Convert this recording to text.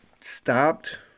stopped